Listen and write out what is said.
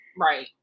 Right